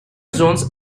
zones